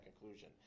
conclusion